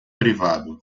privado